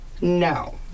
No